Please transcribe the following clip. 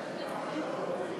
נא לשבת, חברי הכנסת.